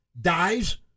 dies